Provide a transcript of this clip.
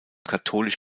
katholisch